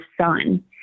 son